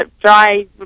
dry